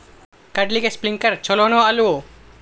ಕಡ್ಲಿಗೆ ಸ್ಪ್ರಿಂಕ್ಲರ್ ಛಲೋನೋ ಅಲ್ವೋ?